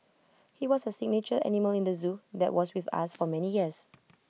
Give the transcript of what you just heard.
he was A signature animal in the Zoo that was with us for many years